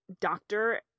doctor